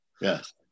Yes